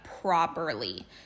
properly